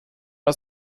aus